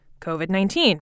COVID-19